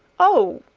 oh!